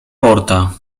porta